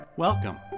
welcome